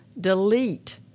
delete